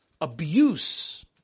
abuse